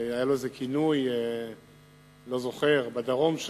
שהיה לו איזה כינוי, לא זוכר, בדרום שמה,